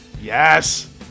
Yes